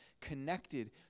connected